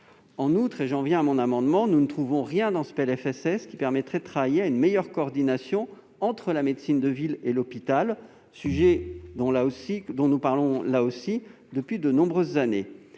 En outre, et j'en viens à mon amendement, nous ne trouvons rien dans ce PLFSS qui permettrait de travailler à une meilleure coordination entre la médecine de ville et l'hôpital. C'est pourtant un sujet dont nous discutons également depuis de nombreuses années.